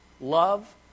love